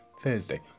thursday